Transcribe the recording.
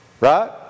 Right